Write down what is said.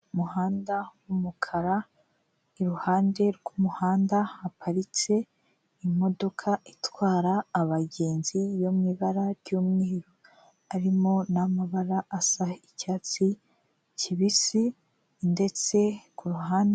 Umuhanda w'umukara iruhande rw'umuhanda haparitse imodoka itwara abagenzi yo mu ibara ry'umweru, harimo n'amabara asa icyatsi kibisi ndetse ku ruhande...